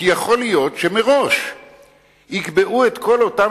כי יכול להיות שמראש יקבעו את כל אותם